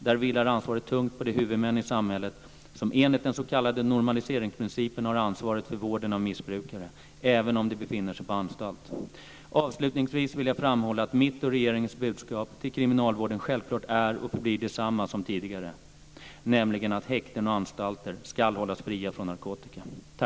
Där vilar ansvaret tungt på de huvudmän i samhället som enligt den s.k. normaliseringsprincipen har ansvaret för vården av missbrukare - även om de befinner sig på anstalt. Avslutningsvis vill jag framhålla att mitt och regeringens budskap till kriminalvården självklart är och förblir detsamma som tidigare, nämligen att häkten och anstalter ska hållas fria från narkotika.